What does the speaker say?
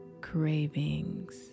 cravings